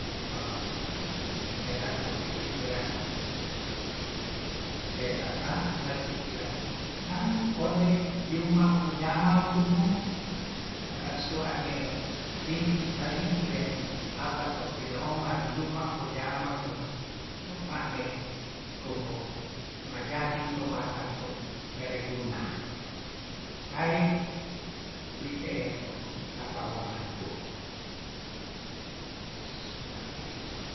Ma pera tobi pikiran ise sasa ta pikiran tan ondei yuma woyamang kumo ara sua'ne ringe karingi le apa to pinaomanyuma wuyaman nu ma'ne iko mo bajadi tomata to berguna pai pi te e to kapala manuku sua'ne